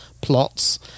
plots